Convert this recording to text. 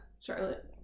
Charlotte